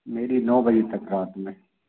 मेरी नौ बजे तक रात में